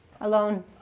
alone